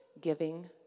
giving